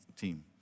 team